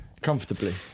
Comfortably